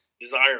desire